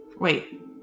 Wait